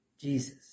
Jesus